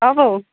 অঁ বৌ